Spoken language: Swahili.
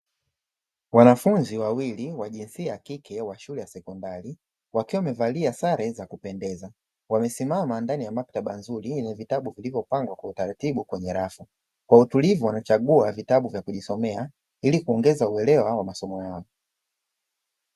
Wanafunzi wawili wa jinsia ya kike wa shule ya sekondari wakiwa wamevalia sare za kupendeza. Wamesimama ndani ya bakta nzuri yenye vitabu vilivyopangwa kwa utaratibu kwenye rafu. Kwa utulivu wanachagua vitabu vya kujisomea ili kuongeza uelewa wa masomo yao.